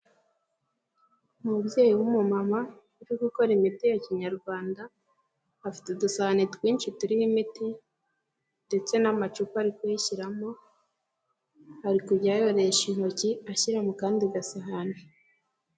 Umubyeyi w'umumama, uri gukora imiti ya kinyarwanda, afite udusane twinshi turiho imiti ndetse n'amacupa ari kuyishyiramo, ari kujya ayoresha intoki ashyira mu kandi gasahani.